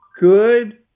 good